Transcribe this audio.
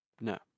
no